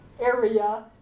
area